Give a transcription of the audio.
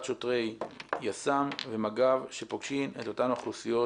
שוטרי יס"מ ומג"ב שפוגשים את אותן האוכלוסיות